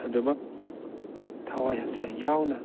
ꯑꯗꯨꯝꯃꯛ ꯊꯋꯥꯏ ꯍꯛꯆꯥꯡ ꯌꯥꯎꯅ